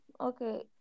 okay